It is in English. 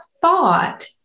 thought